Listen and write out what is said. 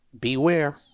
beware